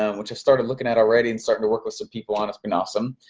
um which i started looking at already and starting to work with some people on. it's been awesome,